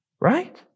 right